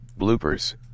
Bloopers